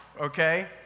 okay